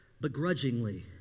begrudgingly